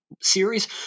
series